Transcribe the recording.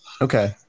Okay